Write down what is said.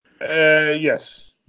Yes